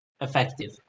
effective